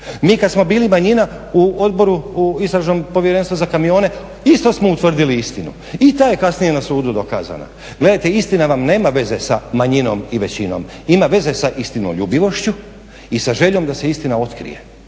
Mi kad smo bili manjina u odboru, u istražnom povjerenstvu za kamione isto smo utvrdili istinu i ta je kasnije na sudu dokazana. Gledajte, istina vam nema veze sa manjinom i većinom, ima veze sa istinoljubivošću i sa željom da se istina otkrije.